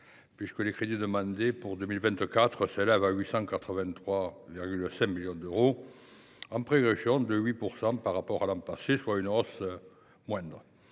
Les crédits demandés pour 2024 s’élèvent en effet à 883,5 millions d’euros, en progression de 8 % par rapport à l’an passé, soit une hausse moindre.